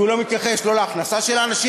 כי הוא לא מתייחס לא להכנסה של האנשים